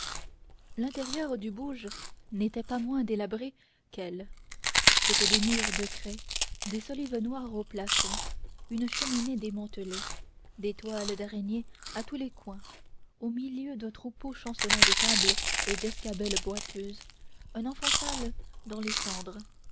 l'intérieur du bouge n'était pas moins délabré qu'elle c'étaient des murs de craie des solives noires au plafond une cheminée démantelée des toiles d'araignée à tous les coins au milieu un troupeau chancelant de tables et d'escabelles boiteuses un enfant sale dans les cendres